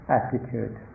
attitude